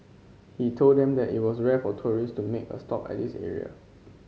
he told them that it was rare for tourist to make a stop at this area